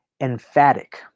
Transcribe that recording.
emphatic